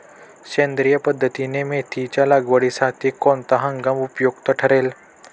सेंद्रिय पद्धतीने मेथीच्या लागवडीसाठी कोणता हंगाम उपयुक्त ठरेल?